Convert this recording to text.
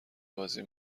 بازی